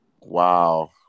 Wow